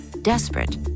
Desperate